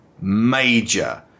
major